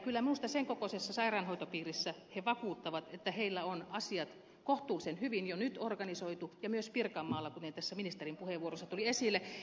kyllä minusta sen kokoisessa sairaanhoitopiirissä he vakuuttavat että heillä on asiat kohtuullisen hyvin jo nyt organisoitu ja myös pirkanmaalla kuten ministerin puheenvuorossa tuli esille